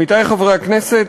עמיתי חברי הכנסת,